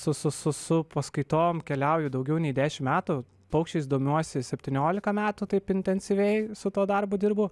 su su paskaitom keliauju daugiau nei dešimt metų paukščiais domiuosi septyniolika metų taip intensyviai su tuo darbu dirbu